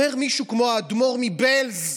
מישהו כמו האדמ"ור מבעלז,